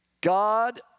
God